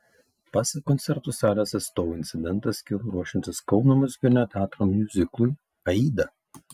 pasak koncertų salės atstovų incidentas kilo ruošiantis kauno muzikinio teatro miuziklui aida